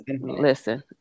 listen